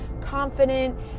confident